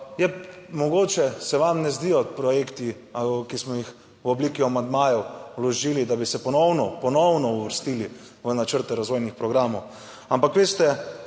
mogoče se vam ne zdijo projekti, ki smo jih v obliki amandmajev vložili, da bi se ponovno, ponovno uvrstili v načrt razvojnih programov, ampak veste,